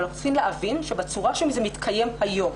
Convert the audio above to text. אבל אנחנו צריכים להבין שבצורה שזה מתקיים היום,